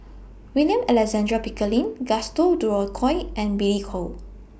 William Alexander Pickering Gaston Dutronquoy and Billy Koh